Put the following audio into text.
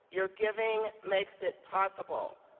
your giving makes it possible.